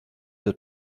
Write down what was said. var